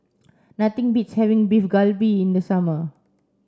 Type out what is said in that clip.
nothing beats having Beef Galbi in the summer